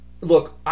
Look